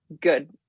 good